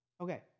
Okay